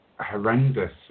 horrendous